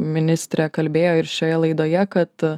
ministrė kalbėjo ir šioje laidoje kad